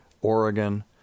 Oregon